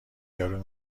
یارو